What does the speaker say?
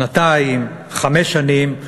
שנתיים, חמש שנים?